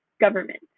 government